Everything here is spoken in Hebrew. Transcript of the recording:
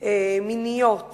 מיניות